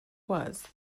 was